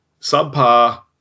subpar